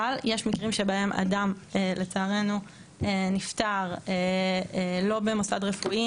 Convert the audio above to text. אבל יש מקרים שבהם אדם לצערנו נפטר לא במוסד רפואי,